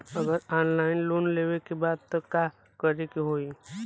अगर offline loan लेवे के बा त का करे के होयी?